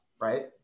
right